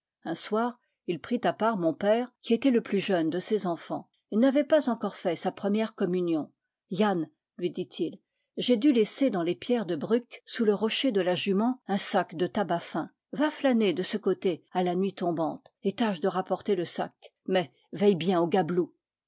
un soir il prit à part mon père qui était le plus jeune de ses enfants et n'avait pas encore fait sa première com munion yann lui dit-il j'ai dû laisser dans les pierres de bruk sous le rocher de la jument un sac de tabac fin va flâner de ce côté à la nuit tombante et tâche de rapporter le sac mais veille bien aux